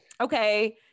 okay